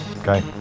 Okay